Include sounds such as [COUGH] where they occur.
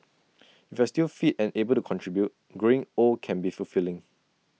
[NOISE] if you're still fit and able to contribute growing old can be fulfilling